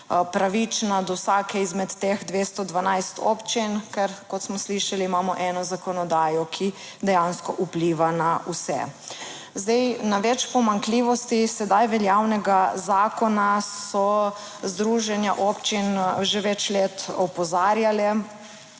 pravična do vsake izmed teh 212 občin, ker, kot smo slišali, imamo eno zakonodajo, ki dejansko vpliva na vse. Zdaj, na več pomanjkljivosti sedaj veljavnega zakona so združenja občin že več let opozarjale